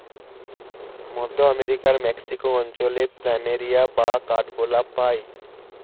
মধ্য আমেরিকার মেক্সিকো অঞ্চলে প্ল্যামেরিয়া বা কাঠগোলাপ পাই